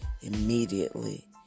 immediately